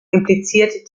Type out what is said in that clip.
impliziert